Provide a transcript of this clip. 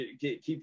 keep